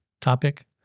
topic